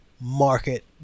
Market